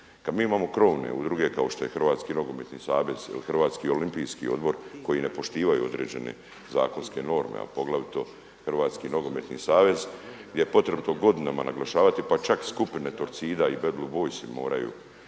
Kad mi imamo krovne udruge kao što je Hrvatski nogometni savez ili Hrvatski olimpijski odbor koji ne poštivaju određene zakonske norme, a poglavito Hrvatski nogometni savez gdje je potrebito godinama naglašavati, pa čak skupine Torcida i bad blue boysi moraju